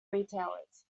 retailers